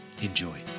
Enjoy